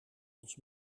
ons